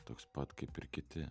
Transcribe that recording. toks pat kaip ir kiti